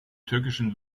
türkischen